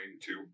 two